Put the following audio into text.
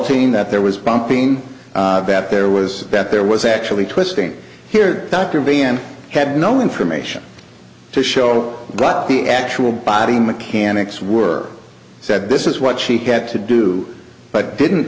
team that there was pumping that there was that there was actually twisting here dr van had no information to show what the actual body mechanics were said this is what she had to do but didn't